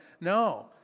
No